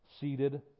Seated